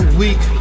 weak